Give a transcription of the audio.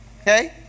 Okay